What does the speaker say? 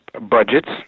budgets